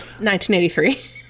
1983